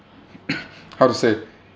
how to say